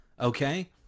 okay